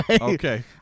Okay